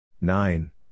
nine